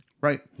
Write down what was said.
Right